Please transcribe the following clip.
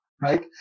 right